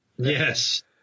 Yes